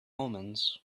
omens